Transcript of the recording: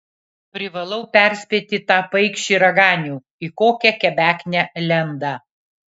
privalau perspėti tą paikšį raganių į kokią kebeknę lenda